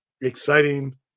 Exciting